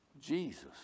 Jesus